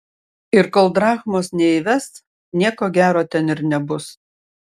ir kol drachmos neįves nieko gero ten ir nebus